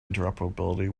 interoperability